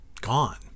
gone